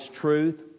truth